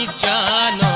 john